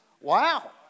Wow